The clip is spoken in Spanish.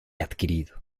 adquirido